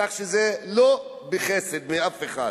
כך שזה לא בחסד מאף אחד.